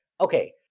okay